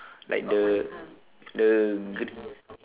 like the the